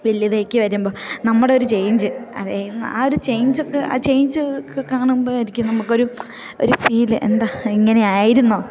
വലിയതിലേക്ക് വരുമ്പോൾ നമ്മുടെ ഒരു ചേഞ്ച് അതായത് ആ ഒരു ചേഞ്ചൊക്കെ ആ ചെഞ്ചൊക്കെ കാണുമ്പോഴായിരിക്കും നമുക്കൊരു ഒരു ഫീൽ എന്താ ഇങ്ങനെയായിരുന്നോ